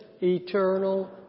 eternal